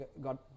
got